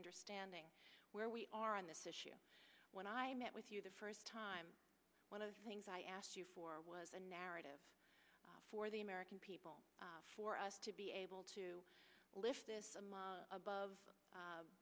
understanding where we are on this issue when i met with you the first time one of the things i asked you for was a narrative for the american people for us to be able to lift this among above